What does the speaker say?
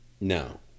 No